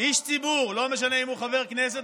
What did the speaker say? יש חובה גבוהה יותר,